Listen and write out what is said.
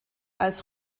als